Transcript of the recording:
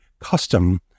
custom